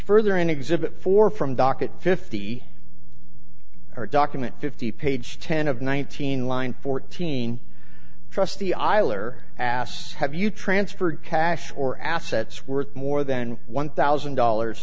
further in exhibit four from docket fifty or document fifty page ten of nineteen line fourteen trust the iler asked have you transferred cash or assets worth more than one thousand dollars